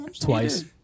Twice